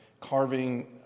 carving